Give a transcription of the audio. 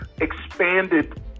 expanded